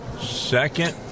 second